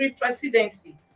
presidency